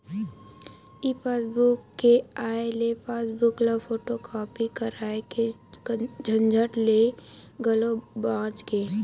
ई passbook के आए ले पासबूक ल फोटूकापी कराए के झंझट ले घलो बाच गे